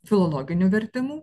filologinių vertimų